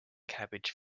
cabbage